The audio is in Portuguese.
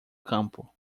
campo